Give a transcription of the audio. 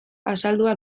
azaldua